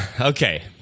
Okay